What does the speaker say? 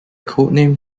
codename